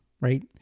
right